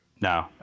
No